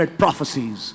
prophecies